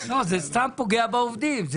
זה סתם פוגע בעובדים.